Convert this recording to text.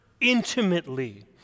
intimately